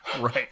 right